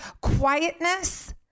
Quietness